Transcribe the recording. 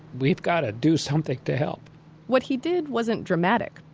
we've got to do something to help what he did wasn't dramatic.